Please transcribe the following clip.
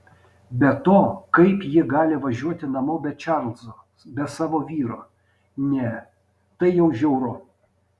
be to kaip ji gali važiuoti namo be čarlzo be savo vyro ne tai jau žiauru